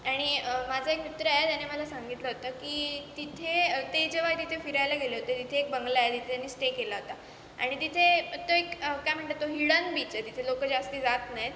आणि माझं एक मित्र आहे त्याने मला सांगितलं होतं की तिथे ते जेव्हा तिथे फिरायला गेले होते तिथे एक बंगला आहे तिथे त्यांनी स्टे केला होता आणि तिथे तो एक काय म्हणतात तो हिडन बीच आहे तिथे लोकं जास्ती जात नाही आहेत